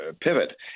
pivot